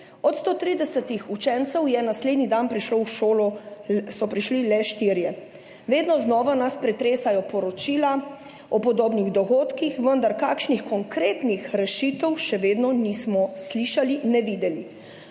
dan prišli v šolo le štirje. Vedno znova nas pretresajo poročila o podobnih dogodkih, vendar kakšnih konkretnih rešitev še vedno nismo slišali ne videli.